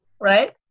right